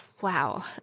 wow